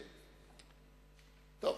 טוב,